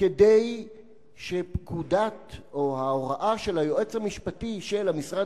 כדי שהפקודה או ההוראה של היועץ המשפטי של המשרד